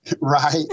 right